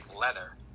leather